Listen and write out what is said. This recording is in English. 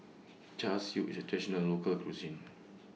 Char Siu IS A Traditional Local Cuisine